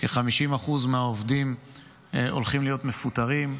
כ-50% מהעובדים הולכים להיות מפוטרים.